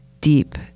deep